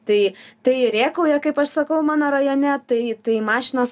tai tai rėkauja kaip aš sakau mano rajone tai tai mašinos